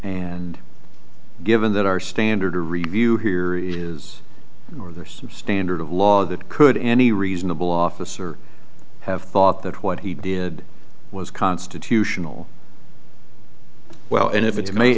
and given that our standard of review here is are there some standard of law that could any reasonable officer have thought that what he did was constitutional well and if it's may